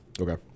Okay